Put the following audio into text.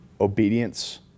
Obedience